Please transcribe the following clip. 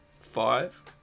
five